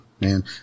man